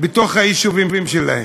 בתוך היישובים שלהם.